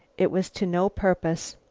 it was to no purpose.